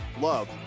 love